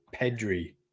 Pedri